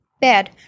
bad